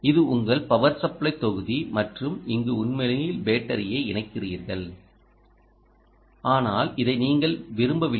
இது உங்கள் power supply தொகுதி மற்றும் இங்கு உண்மையில் பேட்டரியை இணைக்கிறீர்கள் ஆனால் இதை நீங்கள் விரும்பவில்லை